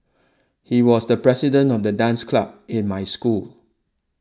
he was the president of the dance club in my school